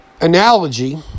analogy